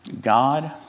God